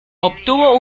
obtuvo